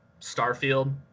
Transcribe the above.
Starfield